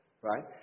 right